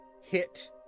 hit